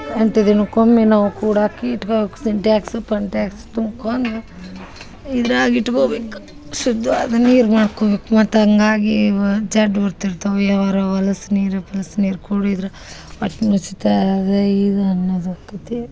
ಎಂಟು ದಿನಕ್ಕೊಮ್ಮೆ ನಾವು ಕೂಡಾಕಿ ಇಟ್ಕಬೇಕು ಸಿಂಟ್ಯಾಕ್ಸ ಪಂಟ್ಯಾಕ್ಸ್ ತುಂಬ್ಕೊಂಡ ಇದ್ರಾಗ ಇಟ್ಕೊಬೇಕು ಶುದ್ಧವಾದ ನೀರು ಮಾಡ್ಕೊಬೇಕು ಮತ್ತು ಹಂಗಾಗಿ ವ ಜಡ್ಡು ಬರ್ತಿರ್ತವೆ ಯಾವಾರ ಹೊಲಸ್ ನೀರು ಪಲಸ್ ನೀರು ಕುಡಿದ್ರೆ ಶೀತ ಅದು ಇದು ಅನ್ನುದು ಆಕ್ತೈತಿ